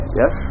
yes